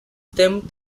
them